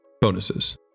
Bonuses